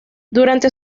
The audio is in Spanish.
durante